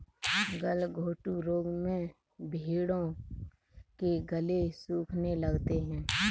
गलघोंटू रोग में भेंड़ों के गले सूखने लगते हैं